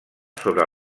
sobre